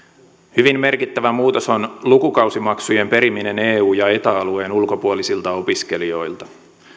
hyvin merkittävä muutos on lukukausimaksujen periminen eun ja eta alueen ulkopuolisilta opiskelijoilta